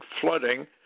flooding